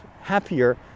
happier